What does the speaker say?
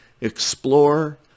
explore